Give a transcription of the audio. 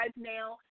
now